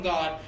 God